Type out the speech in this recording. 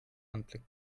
anblick